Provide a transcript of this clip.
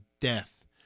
death